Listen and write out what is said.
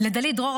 לדלית דרור,